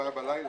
בלילה